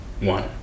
One